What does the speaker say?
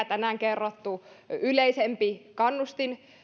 tänään kerrottu yleisempi kannustintuki